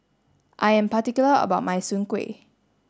I am particular about my Soon Kway